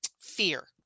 fear